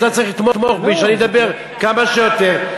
אתה צריך לתמוך בי שאני אדבר כמה שיותר.